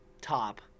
top